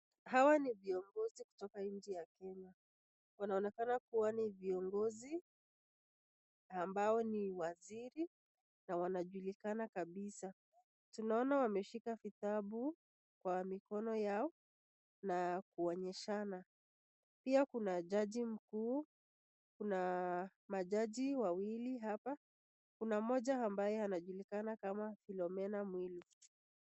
Hawa ni viongozi kutoka nchi ya Kenya, wanaonekana kuwa ni viongozi, ambao ni wazari na wanajulikana kabisa. Tunaona wameshika vitabu kwa mikono yao na kuonyeshana, pia kuna jaji mkuu, kuna majaji wawili hapa, kuna mmoja ambaye anajulikana kama Philomena Mwilu.